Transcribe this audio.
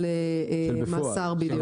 של מאסר -- בפועל,